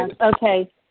Okay